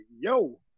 yo